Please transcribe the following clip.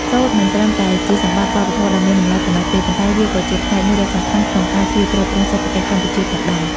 សូត្រមិនត្រឹមតែជាសម្បត្តិវប្បធម៌ដ៏មានតម្លៃប៉ុណ្ណោះទេ ប៉ុន្តែវាក៏ជាផ្នែកមួយដ៏សំខាន់ក្នុងការជួយទ្រទ្រង់សេដ្ឋកិច្ចកម្ពុជាផងដែរ។